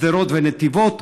שדרות ונתיבות,